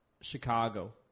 Chicago